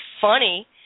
funny